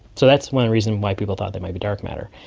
so that's one reason why people thought they might be dark matter.